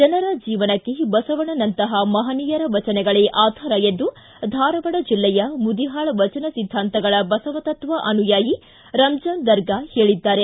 ಜನರ ಜೀವನಕ್ಕೆ ಬಸವಣ್ಣನಂತಹ ಮಹನೀಯರ ವಚನಗಳೇ ಆಧಾರ ಎಂದು ಧಾರವಾಡ ಜಿಲ್ಲೆಯ ಮುದಿಹಾಳ ವಚನ ಸಿದ್ದಾಂತಗಳ ಬಸವ ತತ್ವ ಅನುಯಾಯಿ ರಂಜಾನ್ ದರ್ಗಾ ಹೇಳಿದ್ದಾರೆ